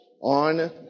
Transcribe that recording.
on